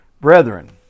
brethren